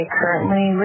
currently